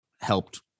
helped